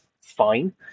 fine